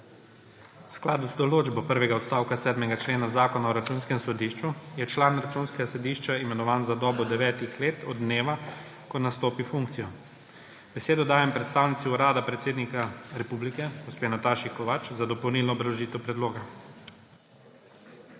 V skladu z določbo prvega odstavka 7. člena Zakona o Računskem sodišču je član Računskega sodišča imenovan za dobo devetih let od dneva, ko nastopi funkcijo. Besedo dajem predstavnici Urada predsednika republike gospe Nataši Kovač za dopolnilno obrazložitev predloga.